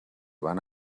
van